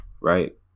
right